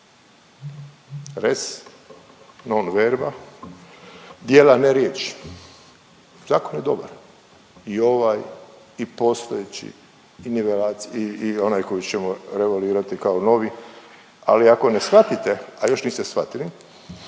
Res non verba, djela a ne riječi. Zakon je dobar i ovaj i postojeći i onaj koji ćemo revolirati kao novi. Ali ako ne shvatite, a još niste shvatili,